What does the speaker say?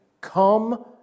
come